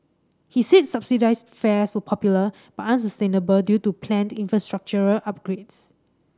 he said subsidised fares were popular but unsustainable due to planned infrastructural upgrades